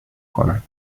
کند